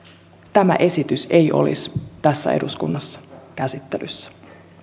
tämä esitys ei olisi tässä eduskunnassa käsittelyssä